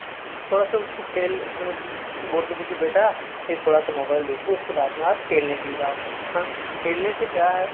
थोड़ा सा उसको खेलने दो और बोलो बेटा यह थोड़ा सा मोबाइल देख लो फिर उसके बाद में आप खेलने के लिए जाओ